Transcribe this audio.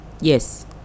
yes